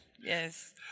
Yes